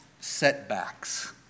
setbacks